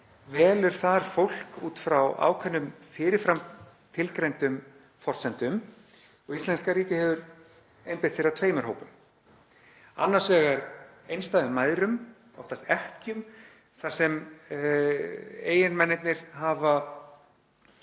velur þar fólk út frá ákveðnum, fyrir fram tilgreindum forsendum. Íslenska ríkið hefur einbeitt sér að tveimur hópum, annars vegar einstæðum mæðrum, oftast ekkjum, þar sem eiginmennirnir hafa